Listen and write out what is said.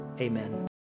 amen